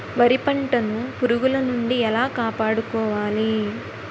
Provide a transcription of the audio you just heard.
వరి పంటను పురుగుల నుండి ఎలా కాపాడుకోవాలి?